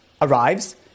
arrives